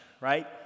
right